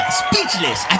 speechless